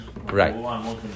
Right